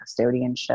custodianship